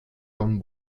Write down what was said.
dann